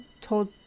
told